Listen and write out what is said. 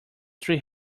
three